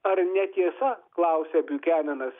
ar netiesa klausia biukenenas